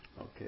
Okay